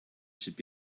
should